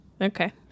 Okay